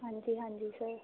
ਹਾਂਜੀ ਹਾਂਜੀ ਸਰ